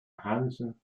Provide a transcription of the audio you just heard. hansen